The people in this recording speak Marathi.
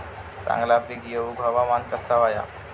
चांगला पीक येऊक हवामान कसा होया?